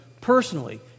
personally